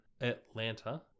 atlanta